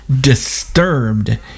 disturbed